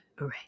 Right